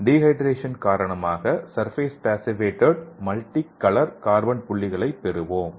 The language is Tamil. டீஹைடிரேஷன் காரணமாக சர்பேஸ் பேசிவேட்டேட் மல்டிகலர் கார்பன் புள்ளிகளைப் பெறுவோம்